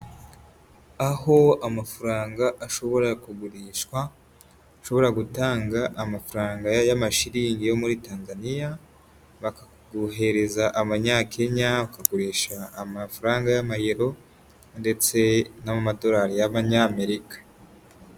Aho amafaranga ashobora kugurishwa, ushobora gutanga amafaranga y'amashiringi yo muri Tanzaniya baka guhereza amanyakenya, ukagurisha amafaranga y'amayero ndetse n'amadorari y'amanyamerika.